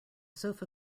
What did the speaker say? sofa